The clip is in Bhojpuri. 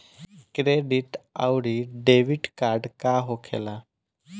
क्रेडिट आउरी डेबिट कार्ड का होखेला?